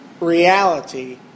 reality